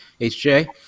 HJ